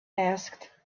asked